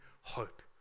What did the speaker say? hope